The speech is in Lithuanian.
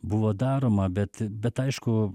buvo daroma bet bet aišku